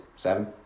Seven